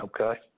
Okay